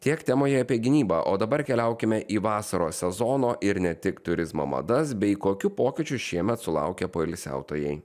tiek temoje apie gynybą o dabar keliaukime į vasaros sezono ir ne tik turizmo madas bei kokių pokyčių šiemet sulaukė poilsiautojai